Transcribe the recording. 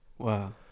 Wow